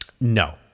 No